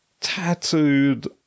tattooed